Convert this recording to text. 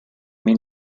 mean